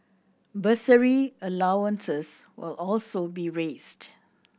bursary allowances will also be raised